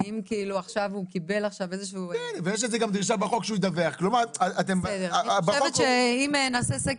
ברור לנו שזה צריך להיות אוטומטי במיוחד עבור אזרחים ותיקים